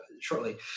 shortly